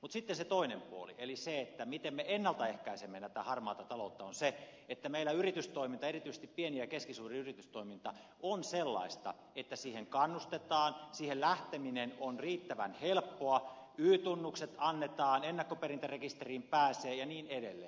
mutta sitten se toinen puoli eli se miten me ennalta ehkäisemme tätä harmaata taloutta on se että meillä yritystoiminta erityisesti pieni ja keskisuuri yritystoiminta on sellaista että siihen kannustetaan siihen lähteminen on riittävän helppoa y tunnukset annetaan ennakkoperintärekisteriin pääsee ja niin edelleen